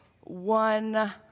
one